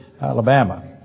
Alabama